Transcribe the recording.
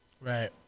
Right